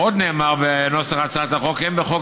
עוד נאמר בנוסח הצעת החוק כי "אין בחוק